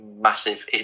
massive